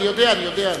אני יודע.